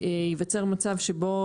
ייווצר מצב שבו